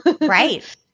Right